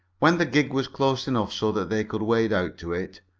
when the gig was close enough so that they could wade out to it,